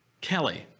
Kelly